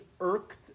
irked